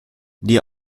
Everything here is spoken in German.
die